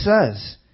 says